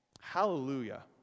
Hallelujah